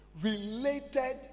related